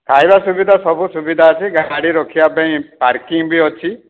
ଖାଇବା ସୁବିଧା ସବୁ ସୁବିଧା ଅଛି ଗାଡ଼ି ରଖିବା ପାଇଁ ପାର୍କିଙ୍ଗ୍ ବି ଅଛି